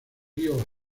río